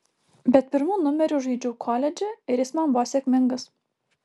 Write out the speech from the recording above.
bet pirmu numeriu žaidžiau koledže ir jis man buvo sėkmingas